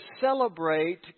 celebrate